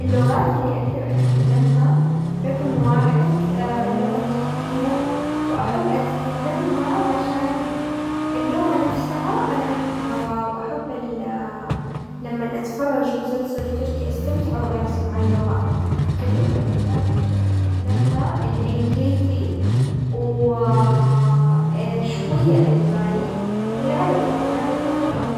اللغات اللي اقدر اتكلمها رقم واحد اللغة التركية، واحب اتكلمها عشان اللغة نفسها انا احبها واحب لمن اتفرج مسلسل تركي استمتع وانا اسمع اللغة، و كمان لغات اقدر اتكلمها الانجليزي، شوية الماني، والعربي طبعا اللغة الام.